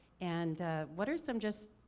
and what are some just,